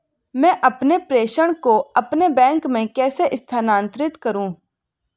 मैं अपने प्रेषण को अपने बैंक में कैसे स्थानांतरित करूँ?